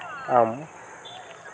ᱟᱢ